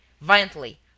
violently